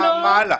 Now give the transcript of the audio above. מה הלאה?